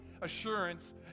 assurance